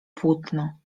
płótno